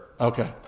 Okay